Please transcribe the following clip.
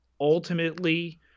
Ultimately